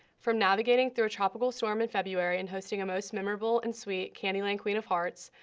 from navigating through a tropical storm in february and hosting a most memorable and sweet candyland queen of hearts,